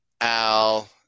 al